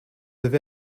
avez